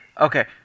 Okay